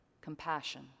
compassion